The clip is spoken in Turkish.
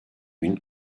bin